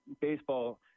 baseball